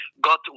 got